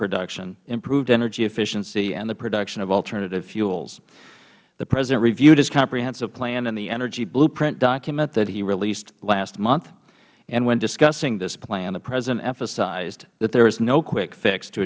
production improved energy efficiency and the production of alternative fuels the president reviewed his comprehensive plan in the energy blueprint document that he released last month and when discussing this plan the president emphasized that there is no quick fix to